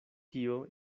tio